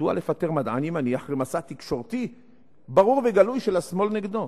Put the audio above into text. מדוע לפטר מדען ימני אחרי מסע תקשורתי ברור וגלוי של השמאל נגדו?